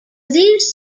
these